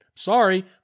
Sorry